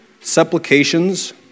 supplications